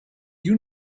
you